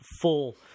full